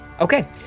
Okay